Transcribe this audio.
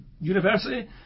University